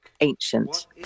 ancient